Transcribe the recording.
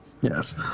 Yes